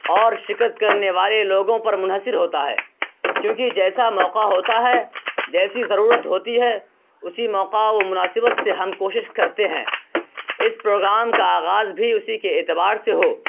اور شرکت کرنے والے لوگوں کو پر منحصر ہوتا ہے کیونکہ جیسا موقع ہوتا ہے جیسی ضرورت ہوتی ہے اسی موقع و مناسبت سے ہم کوشش کرتے ہیں اس پروگرام کا آغاز بھی اسی کے اعتبار سے ہو